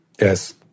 Yes